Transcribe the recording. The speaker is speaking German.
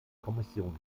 kommission